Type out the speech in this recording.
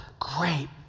Great